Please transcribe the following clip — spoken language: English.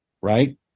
Right